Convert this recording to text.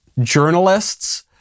journalists